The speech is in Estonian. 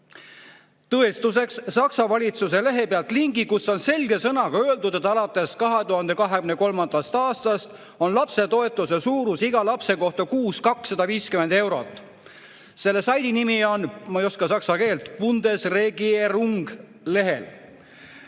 tõestuseks Saksa valitsuse lehe pealt lingi, kus on selge sõnaga öeldud, et alates 2023. aastast on lapsetoetuse suurus iga lapse kohta kuus 250 eurot. Selle saidi nimi on, ma ei oska saksa keelt, Bundesregierung.